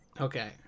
okay